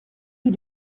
you